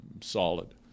solid